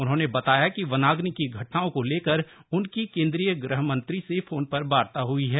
उन्होंने बताया कि वनाग्नि की घटनाओं को लेकर उनकी कैंद्रीय गृह मंत्री से फोन पर वार्ता हुई है